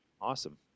Awesome